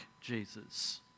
Jesus